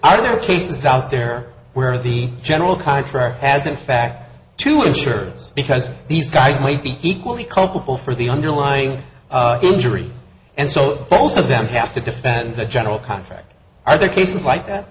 either cases out there where the general contractor has in fact to ensure this because these guys might be equally culpable for the underlying injury and so both of them have to defend the general contractor are there cases like that